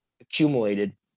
accumulated